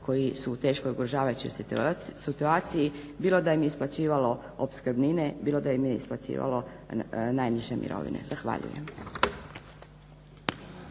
koji su u teško ugoržavajućoj situaciji bilo da im je isplaćivalo opskrbnine, bilo da im je isplaćivalo najniže mirovine. Zahvaljujem.